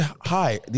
Hi